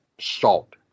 salt